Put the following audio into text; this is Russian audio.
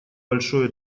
большое